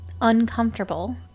uncomfortable